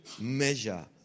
measure